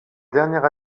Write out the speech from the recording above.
dernière